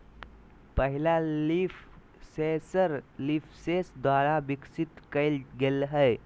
पहला leaf sensor Leafsense द्वारा विकसित कइल गेलय हल